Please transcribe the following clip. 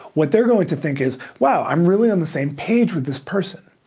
what they're going to think is, wow, i'm really on the same page with this person.